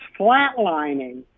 flatlining